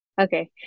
Okay